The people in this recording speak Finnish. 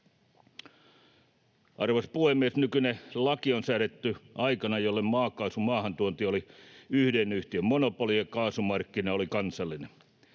Arvoisa puhemies! Nykyinen laki on säädetty aikana, jolloin maakaasun maahantuonti oli yhden yhtiön monopoli ja kaasumarkkina oli kansallinen.